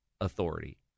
authority